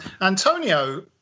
Antonio